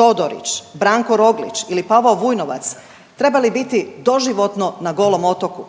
Todorić, Branko Roglić ili Pavao Vujnovac trebali biti doživotno na Golom otoku.